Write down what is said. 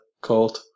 called